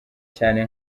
cyane